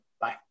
Bye